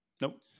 nope